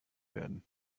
werden